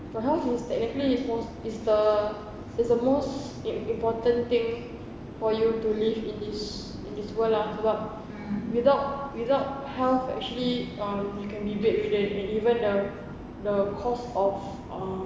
for health is technically is more is the is the most important thing for you to live in this in this world lah sebab without without health actually um you can be bedridden and even the the cost of uh